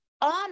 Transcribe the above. on